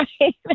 right